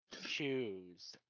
shoes